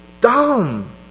dumb